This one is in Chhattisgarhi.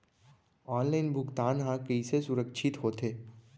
ऑनलाइन भुगतान हा कइसे सुरक्षित होथे?